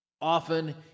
often